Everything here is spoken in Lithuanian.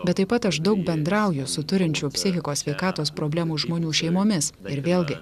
bet taip pat aš daug bendrauju su turinčių psichikos sveikatos problemų žmonių šeimomis ir vėlgi